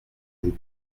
vous